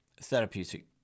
therapeutic